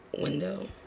window